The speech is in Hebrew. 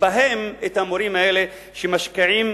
בהם את המורים האלה, שמשקיעים